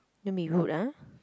don't be rude ah